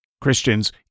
Christians